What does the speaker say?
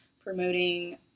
promoting